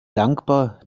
dankbar